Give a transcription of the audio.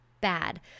bad